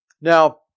Now